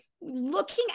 looking